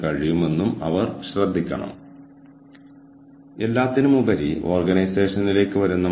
കൂടാതെ നിങ്ങൾ ചിന്തിക്കണമെന്ന് ഞാൻ ശരിക്കും ആഗ്രഹിക്കുന്ന ചട്ടക്കൂട് ഇതാണ്